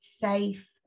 safe